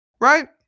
right